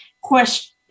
question